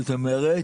זאת אומרת,